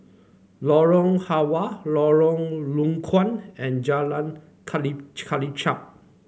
Lorong Halwa Lorong Low Koon and Jalan Kelichap